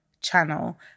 channel